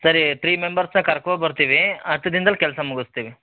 ಸರಿ ತ್ರೀ ಮೆಂಬರ್ಸ್ನ ಕರ್ಕೊಂಡು ಬರ್ತೀವಿ ಹತ್ತು ದಿನ್ದಲ್ಲಿ ಕೆಲಸ ಮುಗಿಸ್ತೀವಿ